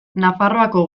nafarroako